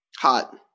hot